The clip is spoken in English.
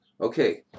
Okay